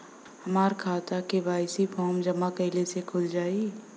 हमार खाता KYC form जमा कइले से खुल जाई?